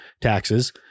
taxes